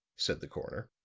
said the coroner.